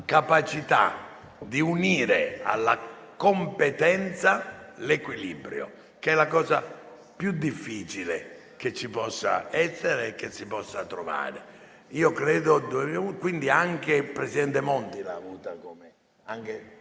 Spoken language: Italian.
capacità di unire alla competenza l'equilibrio, che è la cosa più difficile che ci possa essere e che si possa trovare. Anche il presidente Monti l'ha avuta come